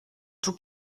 tout